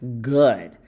good